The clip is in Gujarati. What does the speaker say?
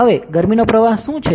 હવે ગરમીનો પ્રવાહ શું છે